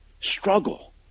Struggle